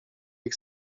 ich